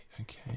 Okay